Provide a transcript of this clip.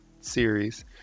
series